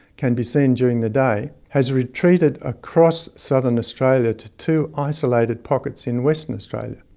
can be seen during the day, has retreated across southern australia to two isolated pockets in western australia.